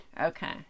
okay